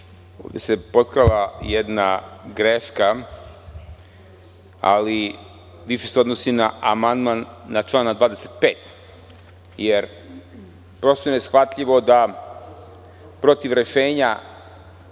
Ovde se potkrala jedna greška, ali više se odnosi na amandman na član 25, jer prosto je neshvatljivo da protiv rešenja